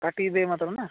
କାଟିକି ଦେବେ ମୋତେ ନା